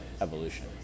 evolution